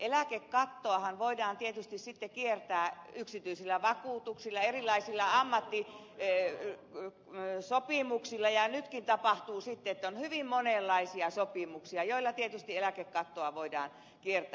eläkekattoahan voidaan tietysti sitten kiertää yksityisillä vakuutuksilla erilaisilla ammattisopimuksilla ja nytkin tapahtuu sitten että on hyvin monenlaisia sopimuksia joilla tietysti eläkekattoa voidaan kiertää